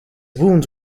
wounds